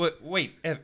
Wait